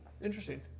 Interesting